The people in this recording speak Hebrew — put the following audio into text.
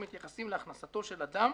הכנסתו של אדם,